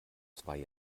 zwei